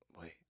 wait